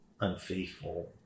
unfaithful